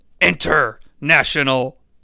international